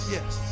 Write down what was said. Yes